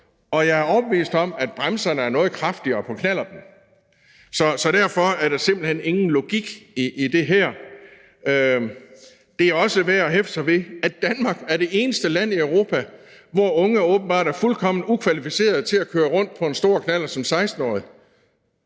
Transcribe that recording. Og jeg er overbevist om, at bremserne er noget kraftigere på knallerten. Så derfor er der simpelt hen ingen logik i det her. Det er også værd at hæfte sig ved, at Danmark er det eneste land i Europa, hvor unge åbenbart er fuldkommen ukvalificerede til at køre rundt på en stor knallert som 16-årig.